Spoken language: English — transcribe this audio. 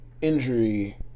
injury